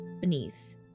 beneath